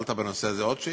שאלת בנושא הזה עוד שאילתה?